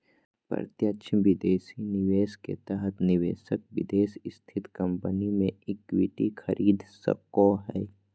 प्रत्यक्ष विदेशी निवेश के तहत निवेशक विदेश स्थित कम्पनी मे इक्विटी खरीद सको हय